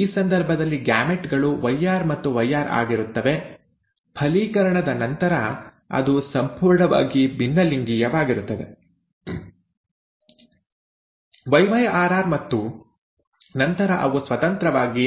ಈ ಸಂದರ್ಭದಲ್ಲಿ ಗ್ಯಾಮೆಟ್ ಗಳು YR ಮತ್ತು yr ಆಗಿರುತ್ತವೆ ಫಲೀಕರಣದ ನಂತರ ಅದು ಸಂಪೂರ್ಣವಾಗಿ ಭಿನ್ನಲಿಂಗೀಯವಾಗಿರುತ್ತದೆ YyRr ಮತ್ತು ನಂತರ ಅವು ಸ್ವತಂತ್ರವಾಗಿ